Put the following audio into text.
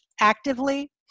actively